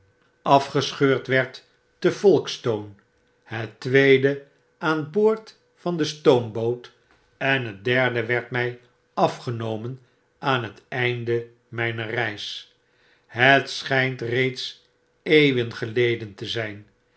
afgescheurd werd te folkestone het tweede aan boord van de stoomboot en het derde werd my afgenomen aan het einde myner reisphet schynt reeds eeuwen geleden te zyn